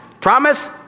Promise